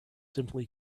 simply